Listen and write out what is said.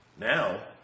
Now